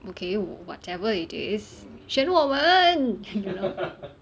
okay whatever it is 选我们